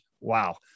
wow